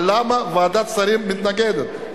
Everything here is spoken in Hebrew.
אבל למה ועדת שרים מתנגדת?